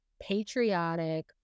Patriotic